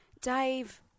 Dave